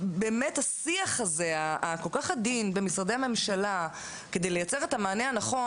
השיח הכל כך עדין במשרדי הממשלה כדי לייצר את המענה הנכון